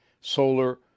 Solar